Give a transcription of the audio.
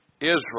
Israel